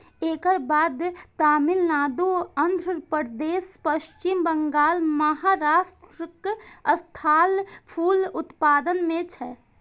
एकर बाद तमिलनाडु, आंध्रप्रदेश, पश्चिम बंगाल, महाराष्ट्रक स्थान फूल उत्पादन मे छै